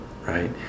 Right